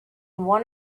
one